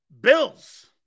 Bills